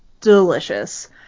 delicious